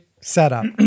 setup